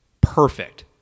perfect